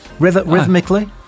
rhythmically